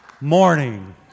morning